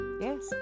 Yes